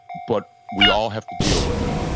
but we all have to deal with it.